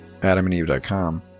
AdamandEve.com